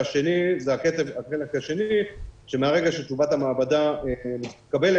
והחלק השני הוא שמהרגע שתשובת המעבדה מתקבלת